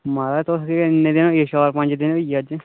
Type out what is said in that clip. महाराज तुस इन्ने दिन चार पंज दिन होई गेआ अज्ज